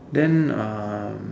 then